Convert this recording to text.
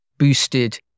boosted